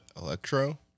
Electro